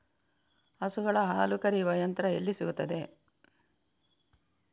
ಹಸುಗಳ ಹಾಲು ಕರೆಯುವ ಯಂತ್ರ ಎಲ್ಲಿ ಸಿಗುತ್ತದೆ?